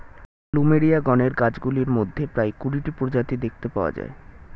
plumeria গণের গাছগুলির মধ্যে প্রায় কুড়িটি প্রজাতি দেখতে পাওয়া যায়